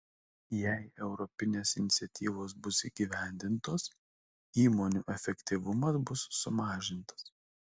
jei europinės iniciatyvos bus įgyvendintos įmonių efektyvumas bus sumažintas